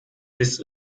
bis